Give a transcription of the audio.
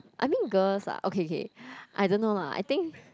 I mean girls lah okay okay I don't know lah I think